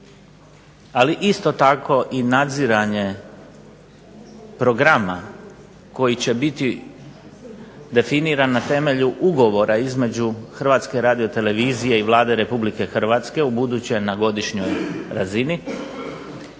ali isto tako i nadziranje programa koji će biti definiran na temelju ugovora između HRT-a i Vlade RH ubuduće na godišnjoj razini,